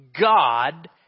God